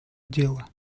дело